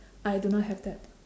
I do not have that